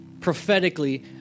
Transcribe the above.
prophetically